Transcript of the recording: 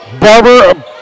Barber